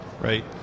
Right